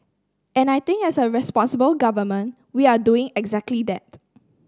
and I think as a responsible government we're doing exactly that